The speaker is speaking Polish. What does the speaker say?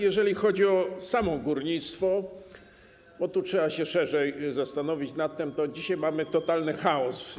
Jeżeli chodzi o samo górnictwo, to trzeba się szerzej zastanowić nad tym, bo dzisiaj mamy totalny chaos.